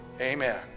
Amen